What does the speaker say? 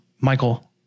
Michael